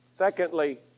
Secondly